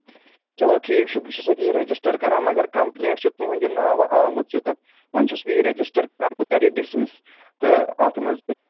چلو ٹھیٖک چھُ بہٕ چھُس ییٚتی ریجسٹر کران مَگر کَمپُلینٛٹ چھِ تُہٕنٛدِ ناوٕ آمٕژ یوٚتَتھ وۄنۍ چھُس بہٕ یہِ ریجِسٹر کران بہٕ کَرٕ ڈِسمِس تہٕ اَتھ منٛز